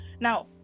Now